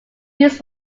used